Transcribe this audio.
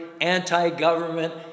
anti-government